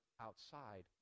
outside